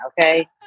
okay